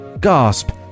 gasp